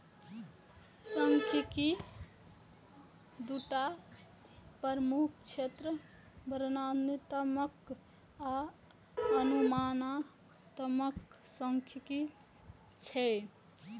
सांख्यिकी के दूटा प्रमुख क्षेत्र वर्णनात्मक आ अनुमानात्मक सांख्यिकी छियै